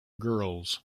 girls